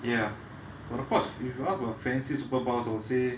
ya but of course if you ask about fancy superpowers I would say